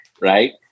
right